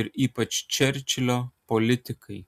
ir ypač čerčilio politikai